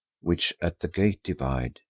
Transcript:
which at the gate divide,